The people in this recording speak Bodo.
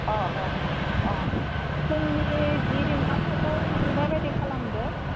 अह अह अह फुंनि जि रिंगासोआव सौफैनाय बायदि खालामदो